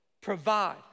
provide